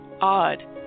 odd